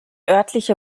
örtliche